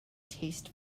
taste